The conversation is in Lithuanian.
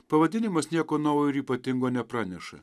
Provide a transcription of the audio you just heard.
pavadinimas nieko naujo ir ypatingo nepraneša